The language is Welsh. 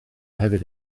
hefyd